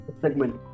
segment